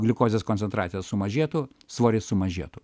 gliukozės koncentracija sumažėtų svoris sumažėtų